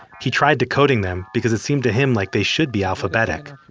he tried decoding them, because it seemed to him like they should be alphabetic.